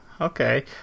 Okay